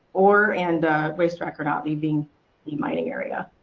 ore and waste rock are not leaving the mining area.